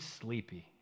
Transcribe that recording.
sleepy